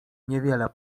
niewiele